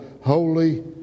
holy